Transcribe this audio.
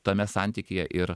tame santykyje ir